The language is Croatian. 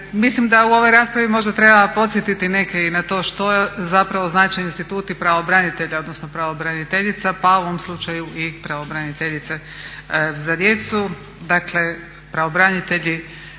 Mislim da u ovoj raspravi možda treba podsjetiti neke i na to što zapravo znače instituti pravobranitelja, odnosno pravobraniteljica, pa u ovom slučaju i pravobraniteljica za djecu. Dakle pravobranitelji